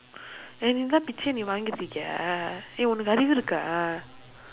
வாங்கிட்டு இருக்கியா:vaangkitdu irukkiyaa eh உனக்கு அறிவு இருக்கா:unakku arivu irukkaa